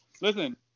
Listen